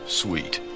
sweet